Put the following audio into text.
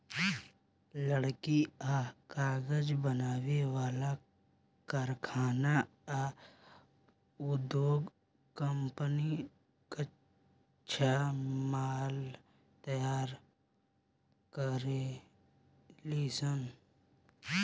लकड़ी आ कागज बनावे वाला कारखाना आ उधोग कम्पनी कच्चा माल तैयार करेलीसन